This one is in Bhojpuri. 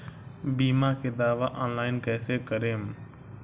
बीमा के दावा ऑनलाइन कैसे करेम?